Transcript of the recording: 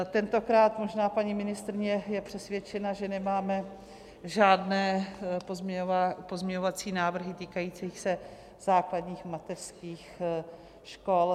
Tentokrát možná paní ministryně je přesvědčena, že nemáme žádné pozměňovací návrhy týkající se základních, mateřských škol.